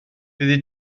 fyddi